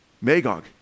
Magog